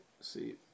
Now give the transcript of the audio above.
See